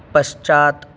पश्चात्